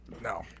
no